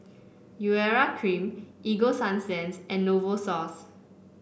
Urea Cream Ego Sunsense and Novosource